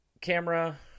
camera